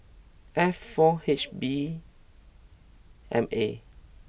F four H B M A